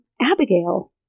Abigail